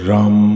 Ram